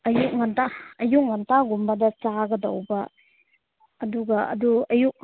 ꯑꯌꯨꯛ ꯉꯟꯇꯥ ꯑꯌꯨꯛ ꯉꯟꯇꯥꯒꯨꯝꯕꯗ ꯆꯥꯒꯗꯧꯕ ꯑꯗꯨꯒ ꯑꯗꯨ ꯑꯌꯨꯛ